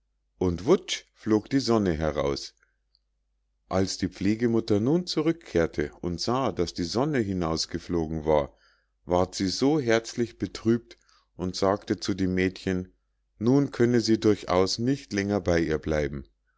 und wutsch flog die sonne heraus als die pflegemutter nun zurückkehrte und sah daß die sonne hinausgeflogen war ward sie so herzlich betrübt und sagte zu dem mädchen nun könne sie durchaus nicht länger bei ihr bleiben